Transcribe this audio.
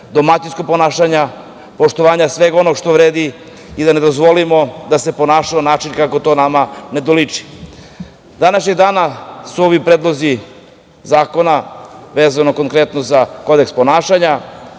domaćinskog ponašanja i poštovanja svega onoga što vredi, i da ne dozvolimo da se ponašaju na način kako to nama ne doliči. Danas su ovi predlozi zakona, vezano konkretno za kodeks ponašanja,